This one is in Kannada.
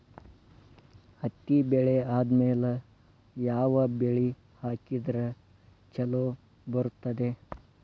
ಹತ್ತಿ ಬೆಳೆ ಆದ್ಮೇಲ ಯಾವ ಬೆಳಿ ಹಾಕಿದ್ರ ಛಲೋ ಬರುತ್ತದೆ?